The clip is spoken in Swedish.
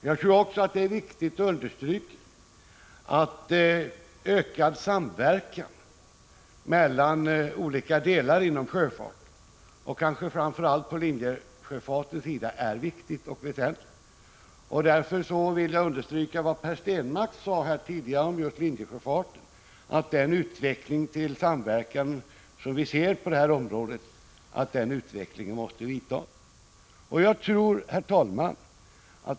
Jag tror också att ökad samverkan mellan olika delar av sjöfarten, kanske framför allt på linjesjöfartens sida, är väsentlig, och därför vill jag då understryka vad Per Stenmarck tidigare sade om just linjesjöfarten, nämligen att den utveckling till samverkan som vi ser på området måste fortsätta. 57 Herr talman!